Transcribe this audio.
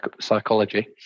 psychology